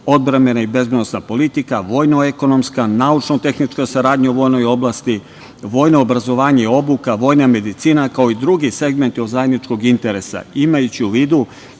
odbrambena i bezbednosna politika, vojno-ekonomska, naučno-tehnička saradnja u vojnoj oblasti, vojno obrazovanje i obuka, vojna medicina, kao i drugi segmenti od zajedničkog interesa, imajući u vidu